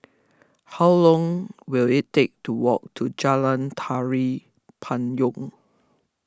how long will it take to walk to Jalan Tari Payong